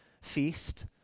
feast